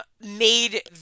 made